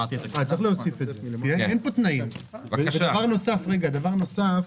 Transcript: דבר נוסף.